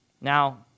Now